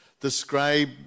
describe